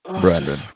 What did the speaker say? Brandon